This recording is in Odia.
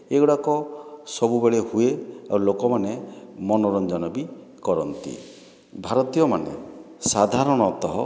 ଏଗୁଡ଼ାକ ସବୁବେଳେ ହୁଏ ଆଉ ଲୋକମାନେ ମନୋରଞ୍ଜନ ବି କରନ୍ତି ଭାରତୀୟମାନେ ସାଧାରଣତଃ